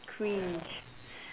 cringe